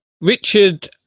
Richard